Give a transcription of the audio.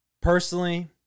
personally